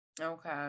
Okay